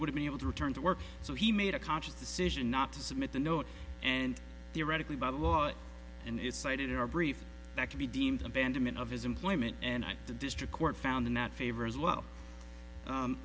would be able to return to work so he made a conscious decision not to submit the note and theoretically by law and it's cited in our brief that to be deemed abandonment of his employment and the district court found that favor as well